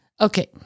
Okay